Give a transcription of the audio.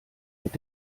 mit